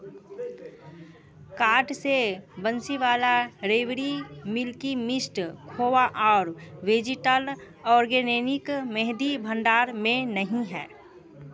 cart से बंसीवाला रेवड़ी Milky Mist खोवा और वेजिटल ऑर्गेनेनिक मेहंदी भंडार में नहीं हैं